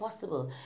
possible